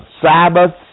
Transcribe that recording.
Sabbaths